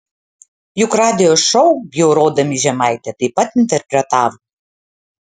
juk radijo šou bjaurodami žemaitę taip pat interpretavo